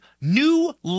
new